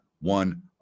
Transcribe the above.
one